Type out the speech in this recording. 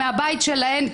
מהבית שלהן,